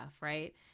Right